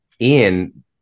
Ian